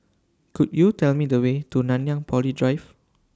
Could YOU Tell Me The Way to Nanyang Poly Drive